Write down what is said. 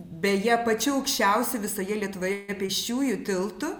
beje pačiu aukščiausiu visoje lietuvoje pėsčiųjų tiltu